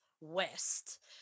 West